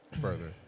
further